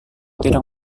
tidak